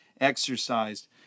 exercised